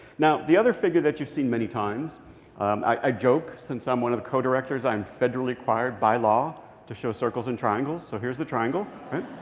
now, the other figure that you've seen many times i joke, since i'm one of the co-directors, i am federally required by law to show circles and triangles. so here's the triangle, right?